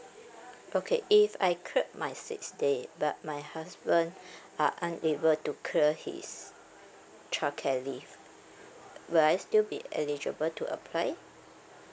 okay if I cleared my six day but my husband are unable to clear his childcare leave will I still be eligible to apply